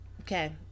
Okay